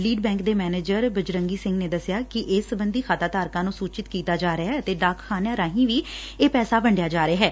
lead bank ਦੇ manager Bajrangi Singh ਨੇ ਦੱਸਿਆ ਕਿ ਇਸ ਸਬੰਧੀ ਖਾਤਾਧਾਰਕਾਂ ਨੂੰ ਸੂਚਿਤ ਕੀਤਾ ਜਾ ਰਿਹੈ ਅਤੇ ਡਾਕਖਾਨਿਆਂ ਰਾਹੀ ਵੀ ਇਹ ਪੈਸਾ ਵੰਡਿਆ ਜਾ ਰਿਹੈ